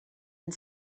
and